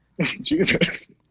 Jesus